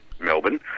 Melbourne